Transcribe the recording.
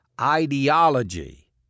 ideology